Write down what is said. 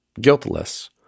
guiltless